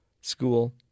school